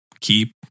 keep